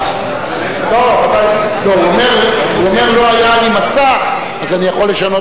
(תיקון, דחיית תחילה לעניין מכל משקה אלכוהולי),